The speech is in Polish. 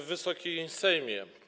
Wysoki Sejmie!